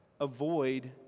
avoid